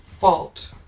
fault